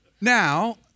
Now